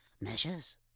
Measures